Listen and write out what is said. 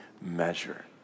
measure